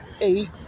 eight